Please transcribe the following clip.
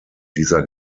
dieser